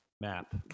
map